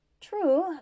True